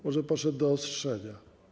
Może poszedł do ostrzenia.